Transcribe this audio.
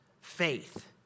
faith